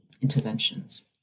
interventions